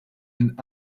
and